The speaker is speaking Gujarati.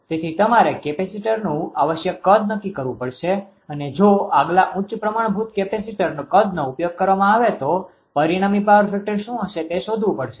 તેથી તમારે કેપેસિટરનુ આવશ્યક કદ નક્કી કરવું પડશે અને જો આગલા ઉચ્ચ પ્રમાણભૂત કેપેસિટર કદનો ઉપયોગ કરવામાં આવે તો પરિણામી પાવર ફેક્ટર શું હશે તે શોધવું પડશે